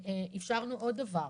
אפשרנו עוד דבר.